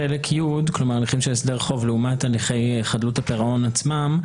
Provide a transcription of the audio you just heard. של הסדר חוב לעומת חדלות הפירעון עצמם,